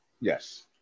yes